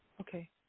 Okay